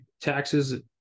taxes